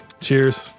Cheers